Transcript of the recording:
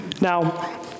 Now